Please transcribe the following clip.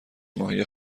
ماهی